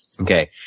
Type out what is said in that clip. Okay